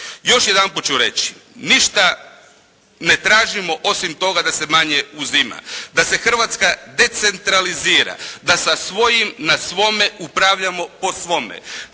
Još jedanput ću reći, ništa ne tražimo osim toga da se manje uzima, da se Hrvatska decentralizira, da sa svojim na svojem upravljamo po svome.